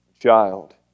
child